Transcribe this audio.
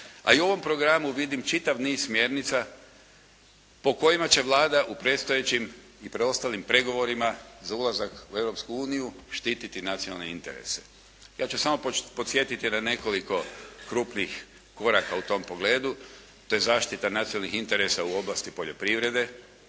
A i u ovom programu vidim čitav niz smjernica po kojima će Vlada u predstojećim i preostalim pregovorima za ulazak u Europsku uniju štititi nacionalne interese. Ja ću samo podsjetiti na nekoliko krupnih koraka u tom pogledu. To je zaštita nacionalnih interesa u oblasti poljoprivrede